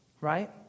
right